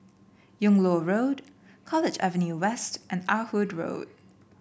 Yung Loh Road College Avenue West and Ah Hood Road